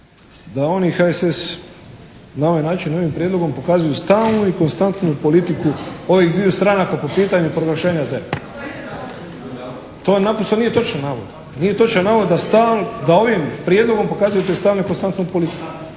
da oni i HSS na ovaj način, ovim prijedlogom pokazuju stalnu i konstantnu politiku ovih dviju stranaka po pitanju proglašenja ZERP-a. To naprosto nije točan navod. Nije točan navod da stalno, da ovim prijedlogom pokazujete stalnu i konstantnu politiku.